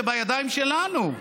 זה בידיים שלנו.